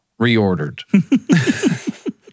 Reordered